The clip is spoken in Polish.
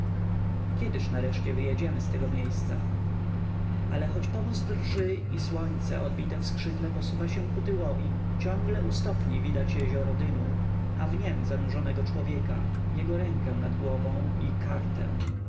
kiedyż nareszcie wyjedziemy z tego miejsca ale choć powóz drży i słońce odbite w skrzydle posuwa się ku tyłowi ciągle u stopni widać jezioro dymu a w niem zanurzonego człowieka jego rękę nad głową i kartę